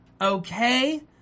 Okay